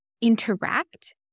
interact